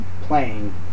playing